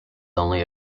only